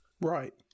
Right